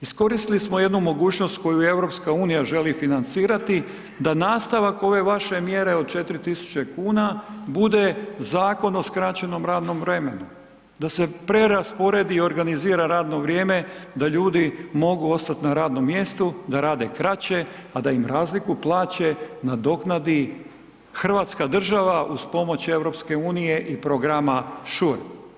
Iskoristili smo jednu mogućnost koju EU želi financirati da nastavak ove vaše mjere od 4.000,00 kn bude Zakon o skraćenom radnom vremenu, da se preraspodjeli i organizira radno vrijeme da ljudi mogu ostat na radnom mjestu, da rade kraće, a da im razliku plaće nadoknadi hrvatska država uz pomoć EU i programa sure.